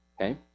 Okay